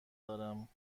دارم